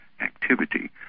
activity